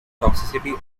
toxicity